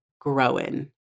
growing